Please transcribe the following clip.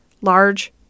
large